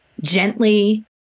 gently